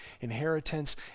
inheritance